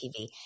TV